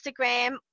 Instagram